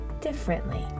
differently